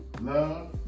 love